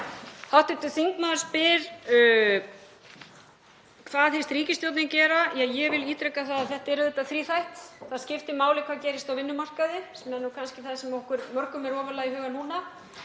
hátt. Hv. þingmaður spyr: Hvað hyggst ríkisstjórnin gera? Ég vil ítreka að þetta er auðvitað þríþætt. Það skiptir máli hvað gerist á vinnumarkaði sem er kannski það sem okkur mörgum er ofarlega í huga núna.